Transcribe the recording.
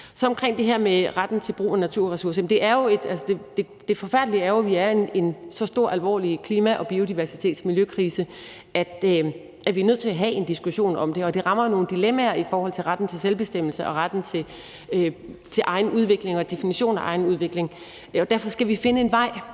på. Omkring det her med retten til brug af naturressourcer vil jeg sige: Det forfærdelige er jo, at vi er i en så stor og alvorlig klima-, biodiversitets- og miljøkrise, at vi er nødt til at have en diskussion om det, og det rammer jo nogle dilemmaer i forhold til retten til selvbestemmelse og retten til egen udvikling og definition af egen udvikling. Derfor skal vi finde en vej